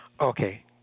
Okay